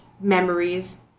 memories